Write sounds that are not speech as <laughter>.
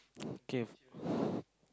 okay <breath>